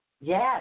Yes